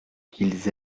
qu’ils